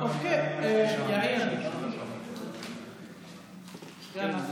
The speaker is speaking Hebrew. יאיר, סגן השרה.